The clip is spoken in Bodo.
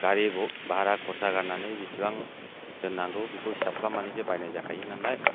गारि भारा खरसा गारनानै बेसेबां दोन्नांगौ बेखौ हिसाब खालामनानैसो बायनाय जाखायो नालाय